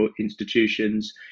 institutions